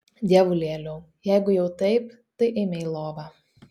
dievulėliau jeigu jau taip tai eime į lovą